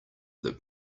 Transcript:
that